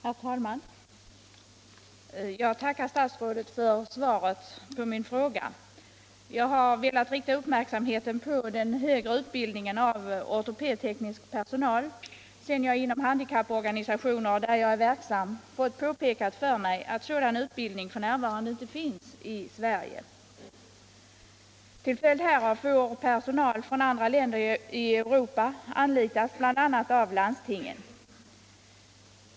Herr talman! Jag tackar statsrådet för svaret på min fråga. Jag har velat rikta uppmärksamheten på den högre utbildningen av ortopedteknisk personal, sedan jag inom de handikapporganisationer där jag är verksam fått påpekat för mig att sådan utbildning f. n. inte finns i Sverige. Till följd härav får personal från andra länder i Europa anlitas bl.a. av landstingen.